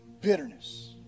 Bitterness